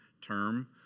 term